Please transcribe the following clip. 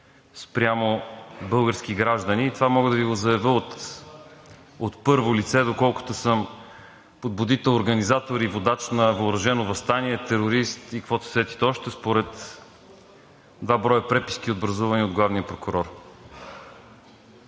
спрямо български граждани и това мога да Ви го заявя от първо лице, доколкото съм подбудител, организатор и водач на въоръжено въстание, терорист и каквото се сетите още според два броя преписки, образувани от главния прокурор.